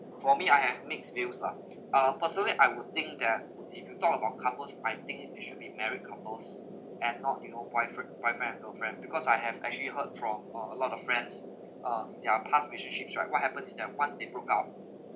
for me I have mixed views lah uh personally I would think that if you talk about couples I think it should be married couples and not your boyfr~ boyfriend and girlfriend because I have actually heard from uh a lot of friends uh their past relationships right what happened is that once they broke up